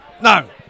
No